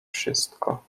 wszystko